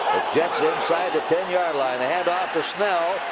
jets inside the ten yard line. the hand-off to snell.